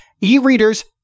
e-readers